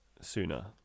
Sooner